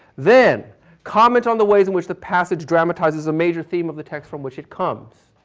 then comment on the ways in which the passage dramatizes a major theme of the text from which it comes,